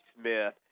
Smith